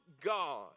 God